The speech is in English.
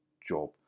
job